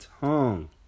tongue